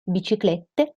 biciclette